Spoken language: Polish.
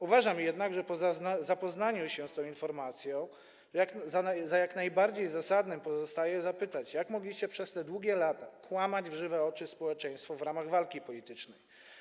Uważam jednak, że po zapoznaniu się z tą informacją jak najbardziej zasadne jest pytanie, jak mogliście przez te długie lata kłamać w żywe oczy społeczeństwu w ramach walki politycznej.